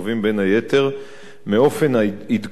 מאופן עדכון התקציב של קופות-החולים.